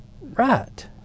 Right